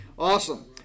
Awesome